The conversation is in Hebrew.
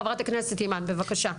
חה"כ אימאן, בבקשה.